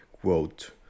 quote